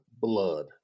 blood